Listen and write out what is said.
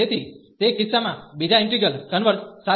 તેથી તે કિસ્સામાં બીજા ઈન્ટિગ્રલ કન્વર્ઝ સાથે